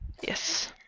Yes